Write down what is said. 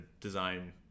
design